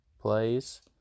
plays